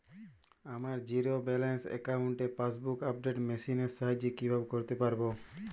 আমার zero balance অ্যাকাউন্টে passbook update machine এর সাহায্যে কীভাবে করতে পারব?